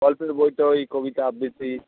গল্পের বইতে ওই কবিতা আবৃত্তি